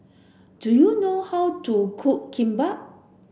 do you know how to cook Kimbap